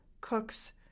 cooks